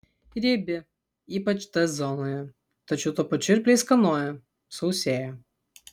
riebi ypač t zonoje tačiau tuo pačiu ir pleiskanoja sausėja